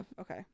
Okay